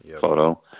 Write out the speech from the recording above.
photo